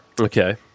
Okay